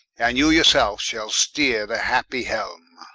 and you your selfe shall steere the happy helme.